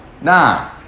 nah